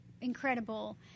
incredible